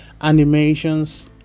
animations